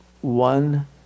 one